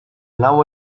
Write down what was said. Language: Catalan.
nau